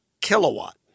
kilowatt